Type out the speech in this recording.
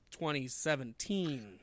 2017